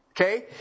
Okay